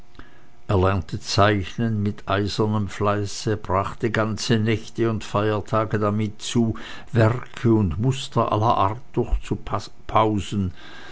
lernte zeichnen mit eisernem fleiße brachte ganze nächte und feiertage damit zu werke und muster aller art